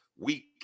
Week